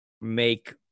make